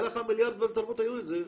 היה לך מיליארד בתרבות היהודית.